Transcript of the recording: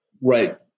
Right